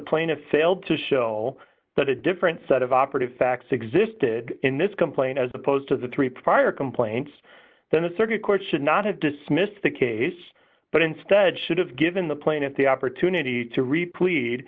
plaintiff failed to show that a different set of operative facts existed in this complaint as opposed to the three prior complaints then the circuit court should not have dismissed the case but instead should have given the plaintiff the opportunity to re